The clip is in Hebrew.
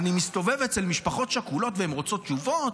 אני מסתובב אצל משפחות שכולות והן רוצות תשובות,